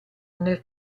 nel